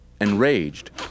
Enraged